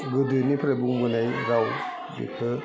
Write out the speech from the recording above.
गोदोनिफ्राय बुंबोनाय राव बेफोर